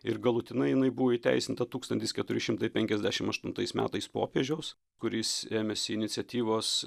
ir galutinai jinai buvo įteisinta tūkstantis keturi šimtai penkiasdešim aštuntais metais popiežiaus kuris ėmėsi iniciatyvos